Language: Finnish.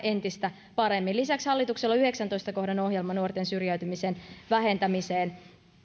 entistä paremmin lisäksi hallituksella on yhdeksännentoista kohdan ohjelma nuorten syrjäytymisen vähentämiseen